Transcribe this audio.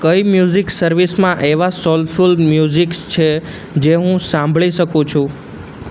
કઈ મ્યુઝિક સર્વિસમાં એવા સોલફૂલ મ્યુઝિક્સ છે જે હું સાંભળી શકું છું